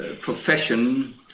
profession